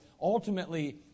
ultimately